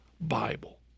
Bible